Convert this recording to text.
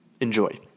Enjoy